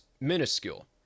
minuscule